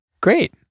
Great